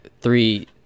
three